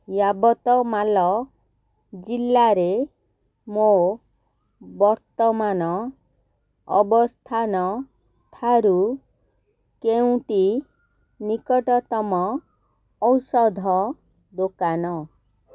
ୟାବତମାଲ ଜିଲ୍ଲାରେ ମୋ ବର୍ତ୍ତମାନ ଅବସ୍ଥାନଠାରୁ କେଉଁଟି ନିକଟତମ ଔଷଧ ଦୋକାନ